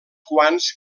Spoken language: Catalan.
quants